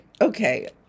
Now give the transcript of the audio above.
Okay